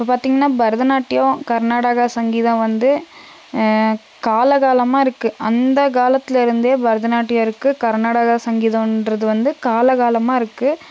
இப்போ பார்த்தீங்கன்னா பரதநாட்டியம் கர்நாடக சங்கீதம் வந்து காலம் காலமாக இருக்குது அந்த காலத்தில் இருந்தே பரதநாட்டியம் இருக்கு கர்நாடகா சங்கீதன்றது வந்து காலம் காலமாக இருக்குது